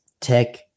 tech